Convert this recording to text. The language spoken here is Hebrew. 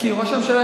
כי ראש הממשלה,